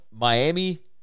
Miami